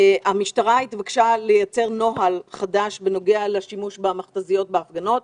המשטרה התבקשה לייצר נוהל חדש בנוגע לשימוש במכת"זיות בהפגנות.